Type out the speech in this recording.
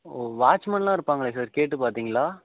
ஓ வாட்ச்மேன்லாம் இருப்பாங்களே சார் கேட்டு பார்த்தீங்களா